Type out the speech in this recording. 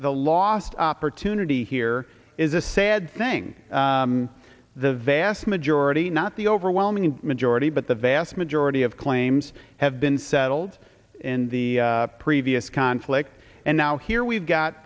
e lost opportunity here is a sad thing the vast majority not the overwhelming majority but the vast majority of claims have been settled in the previous conflict and now here we've got